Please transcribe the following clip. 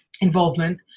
involvement